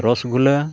ᱨᱚᱥᱚᱜᱚᱞᱞᱟ